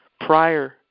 prior